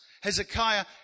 Hezekiah